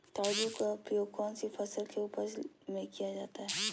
तराजू का उपयोग कौन सी फसल के उपज में किया जाता है?